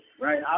right